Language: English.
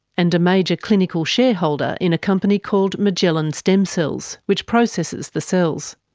and a major clinical shareholder in a company called magellan stem cells, which processes the cells.